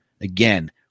Again